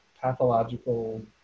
pathological